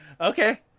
Okay